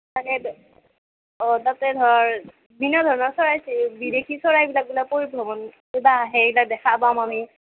তাকেইটো অ' তাতে ধৰ দিনৰ ভাগত চৰাই চিৰি বিদেশী চৰাইবিলাক বোলে পৰিভ্ৰমণ কৰিব আহে সেইবিলাক দেখা পাম আমি